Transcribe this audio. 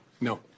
No